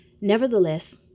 Nevertheless